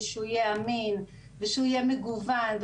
אמין ומגוון,